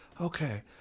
Okay